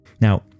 Now